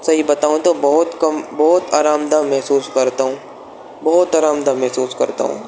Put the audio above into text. صحیح بتاؤں تو بہت کم بہت آرام دہ محسوس کرتا ہوں بہت آرام دہ محسوس کرتا ہوں